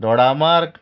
Dodamarg